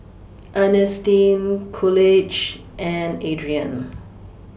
Earnestine Coolidge and Adrain